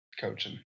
coaching